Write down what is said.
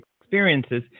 experiences